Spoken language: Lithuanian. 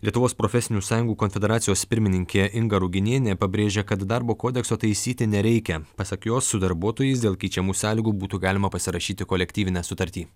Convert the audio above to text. lietuvos profesinių sąjungų konfederacijos pirmininkė inga ruginienė pabrėžia kad darbo kodekso taisyti nereikia pasak jos su darbuotojais dėl keičiamų sąlygų būtų galima pasirašyti kolektyvinę sutartį